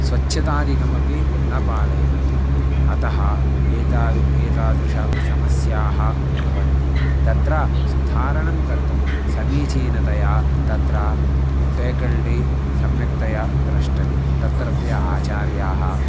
स्वच्छतादिकमपि न पालयन्ति अतः एता एतादृशसमस्याः भवन्ति तत्र सुधारणं कर्तुं समीचीनतया तत्र फ़ेकल्टी सम्यक्तया द्रष्टव्यं तत्रत्य आचार्याः